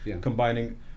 combining